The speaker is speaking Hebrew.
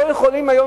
לא יכולים היום,